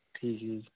ਠੀਕ ਜੀ